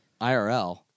IRL